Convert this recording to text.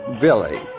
Billy